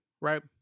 right